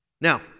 Now